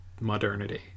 modernity